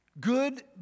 good